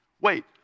Wait